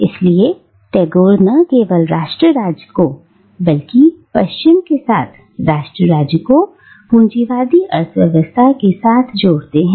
इसलिए टैगोर न केवल राष्ट्र राज्य को बल्कि पश्चिम के साथ राष्ट्र राज्य को पूंजीवादी अर्थव्यवस्था के साथ जोड़ते हैं